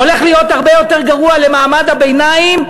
הולך להיות הרבה יותר גרוע למעמד הביניים,